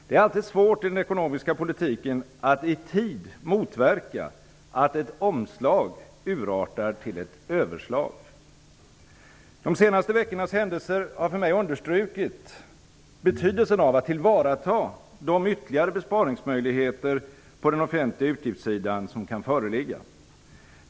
Det är alltid svårt i den ekonomiska politiken att i tid motverka att ett omslag urartar till ett överslag. De senaste veckornas händelser har för mig understrukit betydelsen av att ta till vara de ytterligare besparingsmöjligheter på den offentliga utgiftssidan som kan föreligga.